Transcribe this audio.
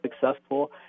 successful